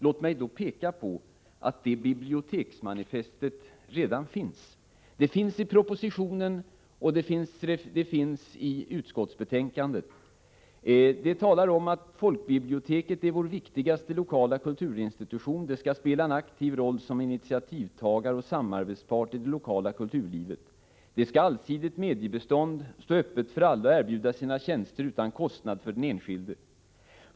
Låt mig då peka på att ett biblioteksmanifest redan finns i propositionen och i utskottsbetänkandet. Det talar om följande: ”Folkbiblioteket är vår viktigaste lokala kulturinstitution och det skall spela en aktiv roll som initiativtagare och samarbetspart i det lokala kulturlivet. Det skall ha ett allsidigt mediebestånd, stå öppet för alla och erbjuda sina tjänster utan kostnad för den enskilde.